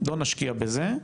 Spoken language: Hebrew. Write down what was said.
לא נשקיע בזה,